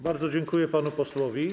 Bardzo dziękuję panu posłowi.